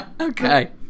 Okay